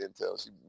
intel